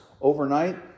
overnight